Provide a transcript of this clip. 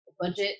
budget